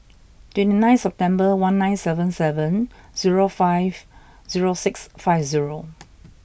twenty nine September one nine seven seven zero five zero six five zero